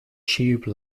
tube